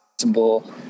possible